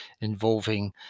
involving